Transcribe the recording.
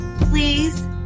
please